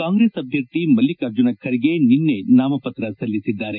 ಕಾಂಗ್ರೆಸ್ ಅಭ್ಯರ್ಥಿ ಮಲ್ಲಿಕಾರ್ಜುನ ಖರ್ಗೆ ನಿನ್ನೆ ನಾಮಪತ್ರ ಸಲ್ಲಿಸಿದ್ದಾರೆ